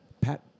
Pat